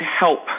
help